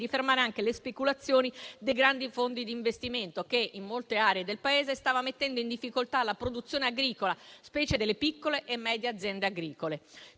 di fermare anche le speculazioni dei grandi fondi di investimento che, in molte aree del Paese, stavano mettendo in difficoltà la produzione agricola, specie delle piccole e medie aziende agricole.